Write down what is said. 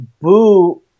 Boo